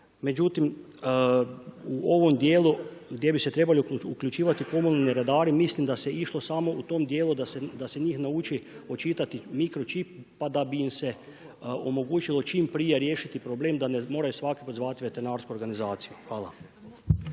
međutim u ovom dijelu gdje bi se uključivati komunalni redari mislim da se išlo samo u tom dijelu da se njih nauči očitati mikročip pa da im se omogućilo čim prije riješiti problem da ne moraju svaki put zvati veterinarsku organizaciju. Hvala.